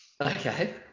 Okay